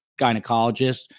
gynecologist